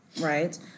right